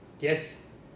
Yes